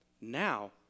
now